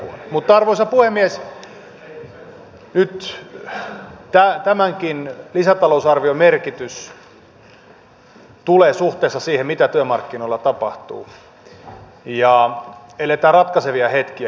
mutta arvoisa puhemies nyt tämänkin lisätalousarvion merkitys tulee suhteessa siihen mitä työmarkkinoilla tapahtuu ja eletään ratkaisevia hetkiä kilpailukykysopimuksen osalta